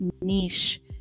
niche